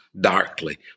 darkly